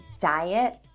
diet